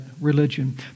religion